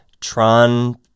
Tron